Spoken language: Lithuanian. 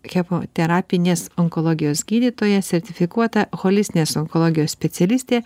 chemoterapinės onkologijos gydytoja sertifikuota holistinės onkologijos specialistė